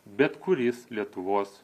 bet kuris lietuvos